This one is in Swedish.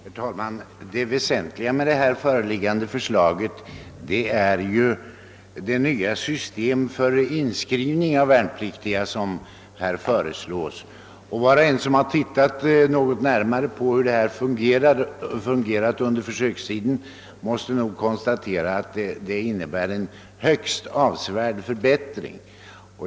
Herr talman! Det väsentliga i det föreliggande förslaget är ju det nya syste met för inskrivning av värnpliktiga. Var och en som något studerat hur systemet fungerat under försöksperioden måste nog konstatera att det innebär en högst avsevärd förbättring.